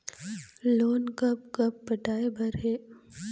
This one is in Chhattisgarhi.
लोन कब कब पटाए बर हे?